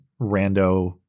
rando